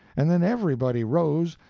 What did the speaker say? and then everybody rose,